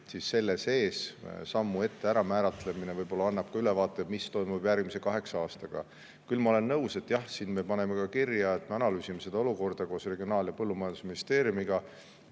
siis selle sammu ette ära määratlemine annab võib-olla ka ülevaate, mis toimub järgmise kaheksa aasta [jooksul]. Küll ma olen nõus, et jah – siia me panime ka kirja, et me analüüsime seda olukorda koos Regionaal- ja Põllumajandusministeeriumiga